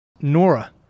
nora